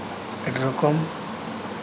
ᱟᱹᱰᱤ ᱨᱚᱠᱚᱢ